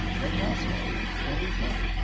but also can be fun!